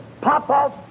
pop-off